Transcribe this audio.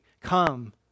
come